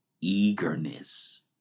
eagerness